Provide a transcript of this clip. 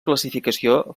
classificació